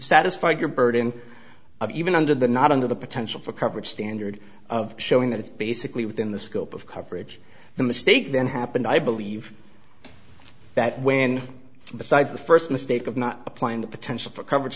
satisfied your burden of even under the not under the potential for coverage standard of showing that it's basically within the scope of coverage the mistake then happened i believe that when besides the first mistake of not applying the potential for coverage